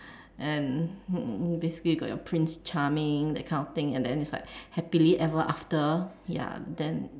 and um basically you got your Prince Charming that kind of thing and then is like happier ever after ya then